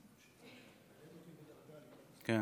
חברי וחברות הכנסת, אני